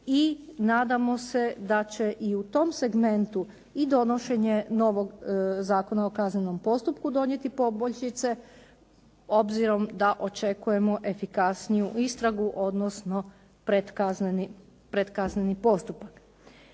i nadamo se da će i u tom segmentu i donošenje novog Zakona o kaznenom postupku donijeti poboljšice obzirom da očekujemo efikasniju istragu, odnosno predkazneni postupak.